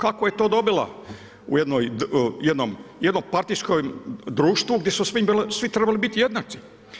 Kako je to dobila u jednom partijskom društvu, gdje su svi trebali biti jednaki.